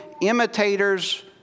imitators